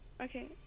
Okay